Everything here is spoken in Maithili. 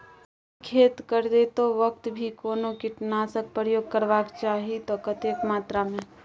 की खेत करैतो वक्त भी कोनो कीटनासक प्रयोग करबाक चाही त कतेक मात्रा में?